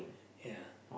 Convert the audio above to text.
ya